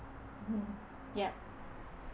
hmm yeah